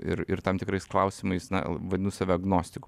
ir ir tam tikrais klausimais na vadinu save agnostiku